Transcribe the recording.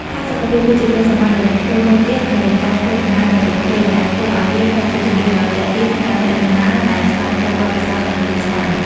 ផាសុកភាព គឺជាគុណសម្បត្តិដ៏លេចធ្លោមួយទៀតនៃការធ្វើដំណើរដោយរថភ្លើង ដែលធ្វើឱ្យវាក្លាយជាជម្រើសដ៏ទាក់ទាញសម្រាប់អ្នកដំណើរដែលស្វែងរកបទពិសោធន៍ដ៏ធូរស្រាល។